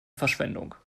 verschwendung